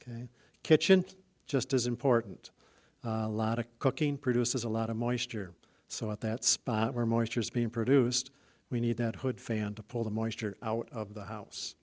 kitchen just as important a lot of cooking produces a lot of moisture so at that spot where moisture is being produced we need that hood fan to pull the moisture out of the house